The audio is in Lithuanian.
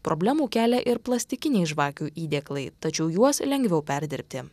problemų kelia ir plastikiniai žvakių įdėklai tačiau juos lengviau perdirbti